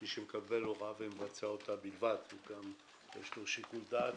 מי שמקבל הוראה ומבצע בלבד, יש לו שיקול דעת,